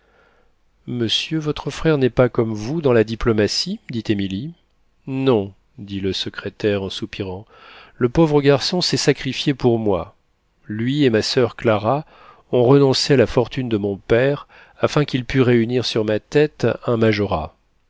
monsieur votre frère n'est pas comme vous dans la diplomatie dit émilie non dit le secrétaire en soupirant le pauvre garçon s'est sacrifié pour moi lui et ma soeur clara ont renoncé à la fortune de mon père afin qu'il pût réunir sur ma tête un